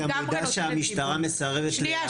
גם מידע שהמשטרה מסרבת להעביר --- שנייה,